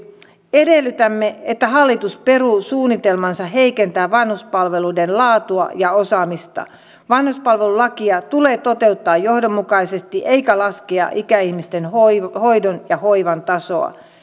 edellytämme että hallitus peruu suunnitelmansa heikentää vanhuspalveluiden laatua ja osaamista vanhuspalvelulakia tulee toteuttaa johdonmukaisesti eikä laskea ikäihmisten hoidon ja hoivan tasoa